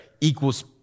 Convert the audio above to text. equals